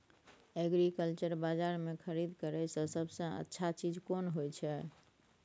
Agriculture बाजार में खरीद करे से सबसे अच्छा चीज कोन होय छै?